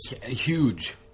Huge